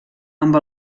amb